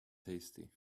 tasty